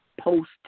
Post